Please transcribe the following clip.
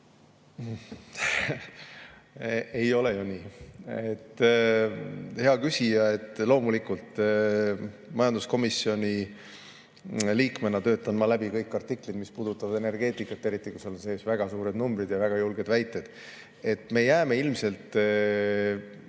Ei ole ju nii.